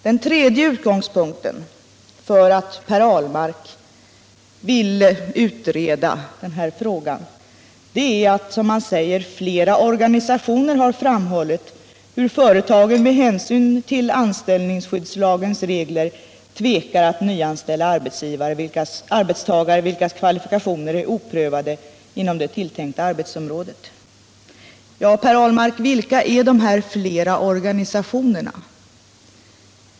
Den tredje grunden för att Per Ahlmark vill utreda frågan är, som han säger, att flera organisationer har framhållit att företagen med hänsyn till anställningsskyddslagens regler tvekar att nyanställa arbetstagare, vilkas kvalifikationer är oprövade inom det tilltänkta arbetsområdet. Jag vill fråga Per Ahlmark: Vilka är dessa organisationer?